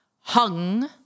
Hung